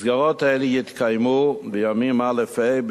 מסגרות אלה יתקיימו בימים א' ה',